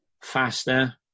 faster